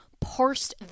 parsed